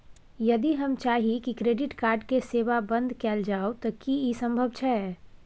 यदि हम चाही की क्रेडिट कार्ड के सेवा बंद कैल जाऊ त की इ संभव छै?